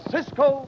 Cisco